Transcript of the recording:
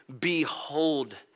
behold